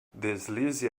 deslize